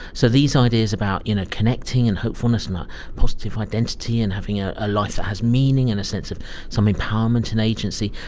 so these ideas about connecting and hopefulness and positive identity and having ah a life that has meaning and a sense of some empowerment and agency,